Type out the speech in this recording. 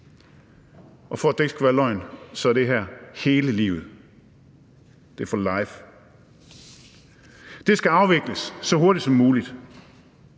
Og for at det ikke skal være løgn, er det hele livet. Det er for life. Det skal afvikles så hurtigt som muligt.